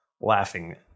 laughing